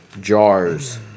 jars